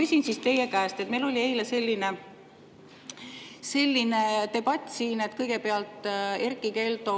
küsin siis teie käest. Meil oli siin eile selline debatt, kus kõigepealt Erkki Keldo